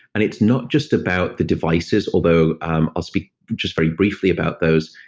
and it's not just about the devices although um i'll speak just very briefly about those,